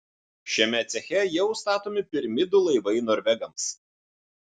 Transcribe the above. šiame ceche jau statomi pirmi du laivai norvegams